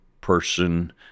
person